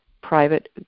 private